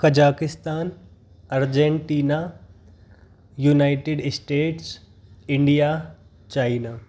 Kazakhstan Argentina United States India China